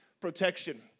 protection